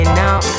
now